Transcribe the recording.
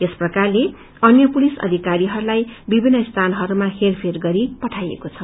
यस प्रकारले अन्य पुलिस अधिकारीहरूलाई विभिन्न स्थानहरूमा पठाइएको छ